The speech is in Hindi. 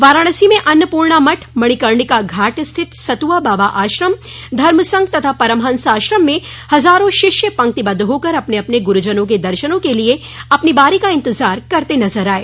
वाराणसी में अन्नपूर्णा मठ मणिकर्णिका घाट स्थित सतुआ बाबा आश्रम धर्म संघ तथा परमहंस आश्रम में हजारों शिष्य पंक्तिबद्ध होकर अपने अपने गुरूजनों के दर्शन के लिए अपनी बारी का इंतजार करते नजर आये